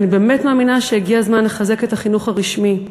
אני באמת מאמינה שהגיע הזמן לחזק את החינוך הרשמי,